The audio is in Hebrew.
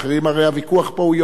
הרי הוויכוח פה הוא יומיומי.